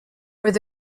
where